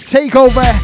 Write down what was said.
Takeover